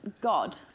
God